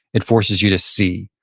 it forces you to see,